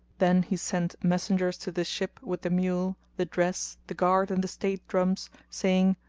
then he sent messengers to the ship with the mule, the dress, the guard and the state drums, saying,